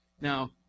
Now